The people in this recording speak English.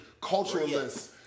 culturalists